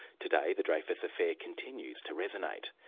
today the dreyfus affair continues to resonate.